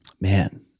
man